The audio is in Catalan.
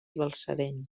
balsareny